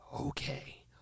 Okay